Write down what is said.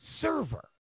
server